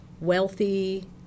wealthy